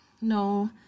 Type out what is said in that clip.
no